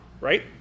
right